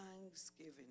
thanksgiving